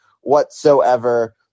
whatsoever